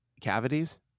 cavities